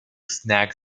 snag